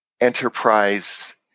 enterprise